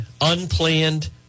unplanned